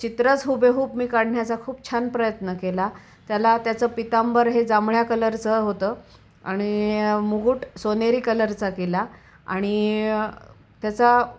चित्रच हुबेहूब मी काढण्याचा खूप छान प्रयत्न केला त्याला त्याचं पितांबर हे जांभळ्या कलरचं होतं आणि मुकुट सोनेरी कलरचा केला आणि त्याचा